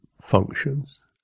functions